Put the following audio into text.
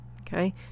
Okay